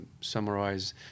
summarize